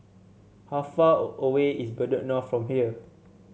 how far away is Bedok North from here